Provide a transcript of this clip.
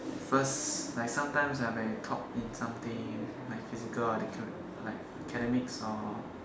first like sometimes ah when you top in something like physical acad~ like in academics or